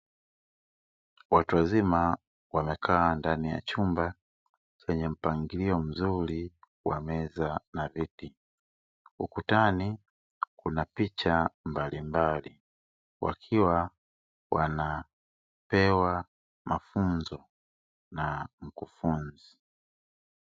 Watu wazima wamekaa ndani ya chumba chenye mpangilio mzuri wa meza na viti. Ukutani kuna picha mbalimbali wakiwa wanapewa mafunzo na mkufunzi.